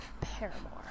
Paramore